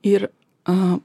ir a